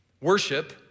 Worship